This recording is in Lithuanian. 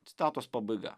citatos pabaiga